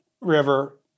River